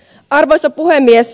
arvoisa puhemies